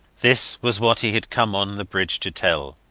this was what he had come on the bridge to tell.